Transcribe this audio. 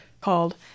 called